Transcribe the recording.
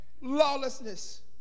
lawlessness